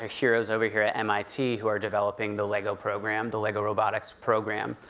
ah heroes over here at mit, who are developing the lego program, the lego robotics program.